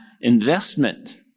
investment